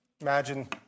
Imagine